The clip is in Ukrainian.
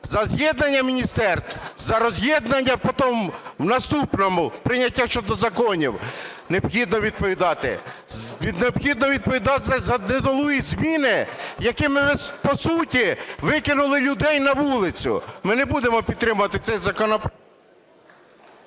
за з'єднання міністерств, за роз'єднання потім в наступному прийняття щодо законів. Необхідно відповідати за недолугі зміни, якими ми, по суті, викинули людей на вулицю. Ми не будемо підтримувати цей законопроект…